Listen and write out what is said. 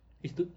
it's too